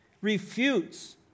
refutes